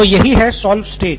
तो यही है सॉल्व स्टेज